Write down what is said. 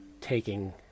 taking